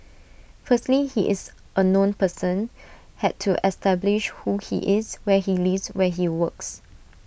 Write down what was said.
firstly he is A known person had to establish who he is where he lives where he works